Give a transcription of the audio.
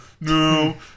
no